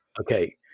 Okay